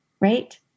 right